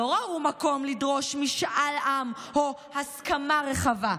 לא ראו מקום לדרוש משאל עם או הסכמה רחבה.